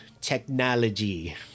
technology